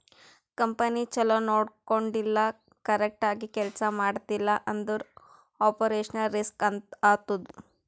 company ಛಲೋ ನೊಡ್ಕೊಂಡಿಲ್ಲ, correct ಆಗಿ ಕೆಲ್ಸಾ ಮಾಡ್ತಿಲ್ಲ ಅಂದುರ್ ಆಪರೇಷನಲ್ ರಿಸ್ಕ್ ಆತ್ತುದ್